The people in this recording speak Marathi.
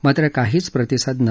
मात्र काहीच प्रतिसाद नाही